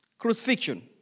Crucifixion